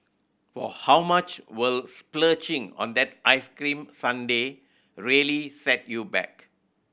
for how much will splurging on that ice cream sundae really set you back